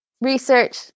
research